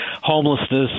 homelessness